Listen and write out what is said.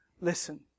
Listen